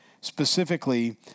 specifically